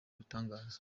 bitangaza